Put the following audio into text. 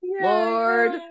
lord